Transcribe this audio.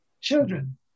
children